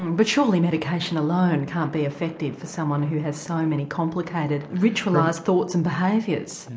and but surely medication alone can't be effective for someone who has so many complicated ritualised thoughts and behaviours?